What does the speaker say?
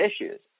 issues